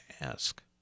ask